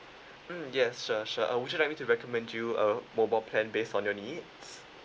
mm yes sure sure uh would you like me to recommend you a mobile plan based on your needs